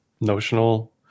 notional